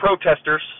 protesters